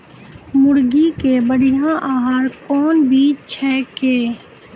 मुर्गी के बढ़िया आहार कौन चीज छै के?